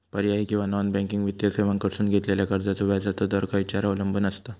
पर्यायी किंवा non banking वित्तीय सेवांकडसून घेतलेल्या कर्जाचो व्याजाचा दर खेच्यार अवलंबून आसता?